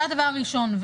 זה הדבר הראשון.